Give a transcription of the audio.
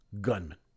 gunman